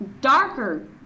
darker